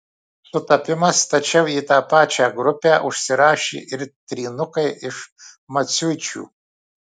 sutapimas tačiau į tą pačią grupę užsirašė ir trynukai iš maciuičių